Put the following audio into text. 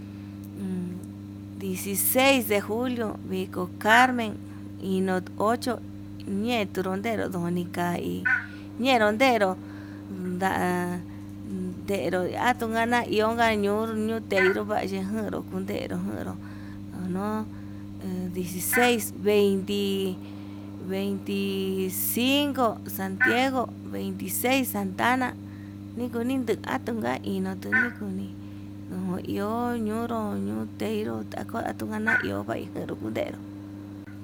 En dieciseis de julio, viko carmen ino'o ocho ñetuu ndudero unika ñei ndero ndero nda'a atugana ion ndaño'o ndundeiro vayejeru ngundero, ono dieci seis veinti veinti cinco santiago, veinti seis santa ana atunka inutu nikuni ndo iho ñinro nuu teiró ndako ndana iho va'í pero kunderu.